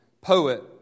poet